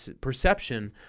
perception